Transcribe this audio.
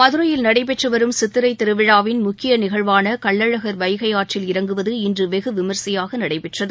மதுரையில் நடைபெற்றுவரும் சித்திரை திருவிழாவின் முக்கிய நிகழ்வான கள்ளழகர் வைகை ஆற்றில் இறங்குவது இன்று வெகு விமர்சையாக நடைபெற்றது